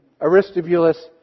Aristobulus